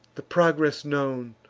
the progress known,